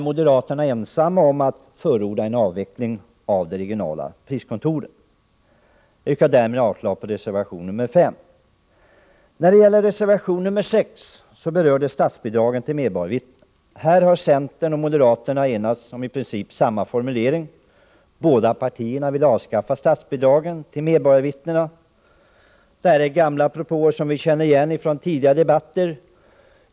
Moderaterna är ensamma om att förorda en avveckling av de regionala priskontoren. Jag yrkar därmed avslag på reservation nr 5. Reservation nr 6 berör statsbidragen till medborgarvittnen. Här har centern och moderaterna enats om samma formulering. Båda partierna vill avskaffa statsbidragen till medborgarvittnen. Det här är gamla propåer som vi känner igen från tidigare debatter.